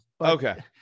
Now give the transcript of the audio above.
Okay